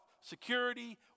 security